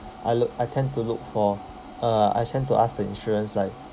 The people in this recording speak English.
I look I tend to look for uh I tend to ask the insurance like